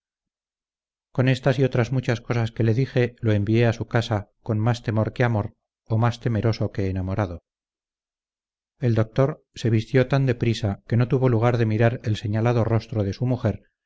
con estas y otras muchas cosas que le dije lo envié a su casa con más temor que amor o más temeroso que enamorado el doctor se vistió tan de priesa que no tuvo lugar de mirar el señalado rostro de su mujer